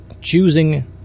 Choosing